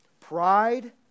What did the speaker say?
Pride